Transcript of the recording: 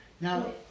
Now